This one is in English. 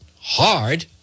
hard